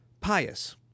pious